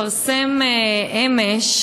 התפרסם אמש